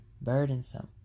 burdensome